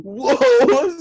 whoa